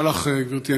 תודה לך, גברתי.